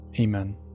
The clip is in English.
Amen